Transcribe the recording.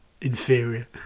inferior